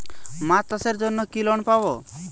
মাছ চাষের জন্য কি লোন পাব?